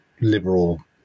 liberal